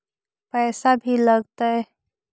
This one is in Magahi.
पैसा भी लगतय?